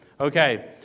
Okay